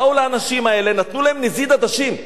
באו לאנשים האלה, נתנו להם נזיד עדשים,